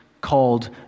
called